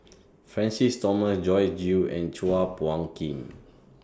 Francis Thomas Joyce Jue and Chua Phung Kim